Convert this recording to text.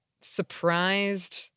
surprised